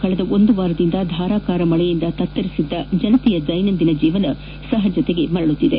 ಕಳೆದ ಒಂದು ವಾರದಿಂದ ಧಾರಾಕಾರ ಮಳೆಯಿಂದ ತತ್ತರಿಸಿದ ಜನತೆಯ ದೈನಂದಿನ ಜೀವನ ಸಹಜತೆಗೆ ಮರಳುತ್ತಿದೆ